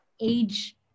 age